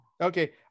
Okay